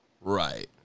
Right